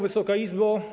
Wysoka Izbo!